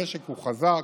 המשק חזק